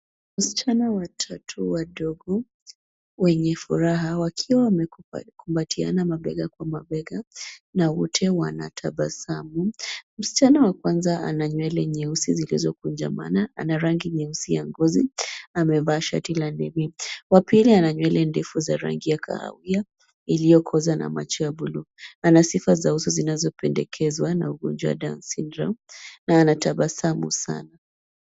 Wasichana watatu wadogo wenye furaha wakiwa wamekumbatiana mabega kwa mabega na wote wanatabasamu. Msichana wa kwanza ana nywele nyeusi zilizokunjamana, ana rangi nyeusi ya ngozi, amevaa shati la Levi. Wa pili ana nywele ndefu za rangi ya kahawia iliyokoza na macho ya buluu. Ana sifa za uso zinazopendekezwa na ugonjwa wa downs syndrome na anatabasamu sana.